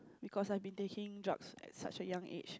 because I've been taking drugs at such a young age